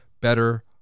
better